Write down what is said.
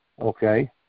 okay